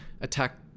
attack